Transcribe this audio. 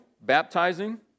baptizing